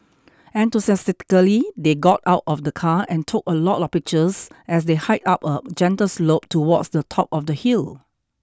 enthusiastically they got out of the car and took a lot of pictures as they hiked up a gentle slope towards the top of the hill